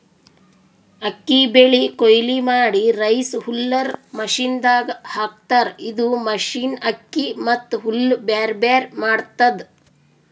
ಅಕ್ಕಿ ಬೆಳಿ ಕೊಯ್ಲಿ ಮಾಡಿ ರೈಸ್ ಹುಲ್ಲರ್ ಮಷಿನದಾಗ್ ಹಾಕ್ತಾರ್ ಇದು ಮಷಿನ್ ಅಕ್ಕಿ ಮತ್ತ್ ಹುಲ್ಲ್ ಬ್ಯಾರ್ಬ್ಯಾರೆ ಮಾಡ್ತದ್